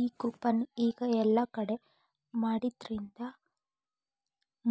ಈ ಕೂಪನ್ ಈಗ ಯೆಲ್ಲಾ ಕಡೆ ಮಾಡಿದ್ರಿಂದಾ